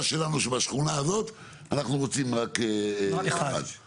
שלנו שבשכונה שלנו אנחנו רוצים רק אחד.